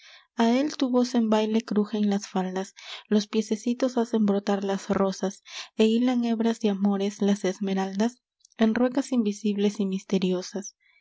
a él tu voz en baile crujen las faldas los piececitos hacen brotar las rosas e hilan hebras de amores las esmeraldas en ruecas invisibles y misteriosas